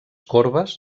corbes